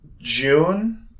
June